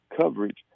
coverage